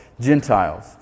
Gentiles